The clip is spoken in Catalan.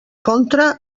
contra